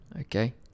Okay